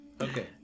Okay